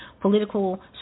political